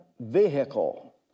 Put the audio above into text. vehicle